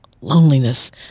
loneliness